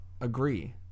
agree